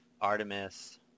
Artemis